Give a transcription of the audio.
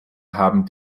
haben